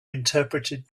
interpreted